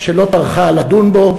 שלא טרחה לדון בה.